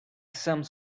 some